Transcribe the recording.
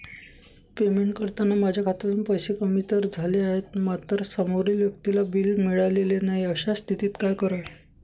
Payment करताना माझ्या खात्यातून पैसे कमी तर झाले आहेत मात्र समोरील व्यक्तीला बिल मिळालेले नाही, अशा स्थितीत काय करावे?